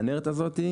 הצנרת הזאת,